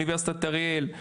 אוניברסיטת אריאל,